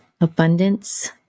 abundance